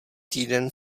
týden